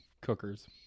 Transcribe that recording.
cookers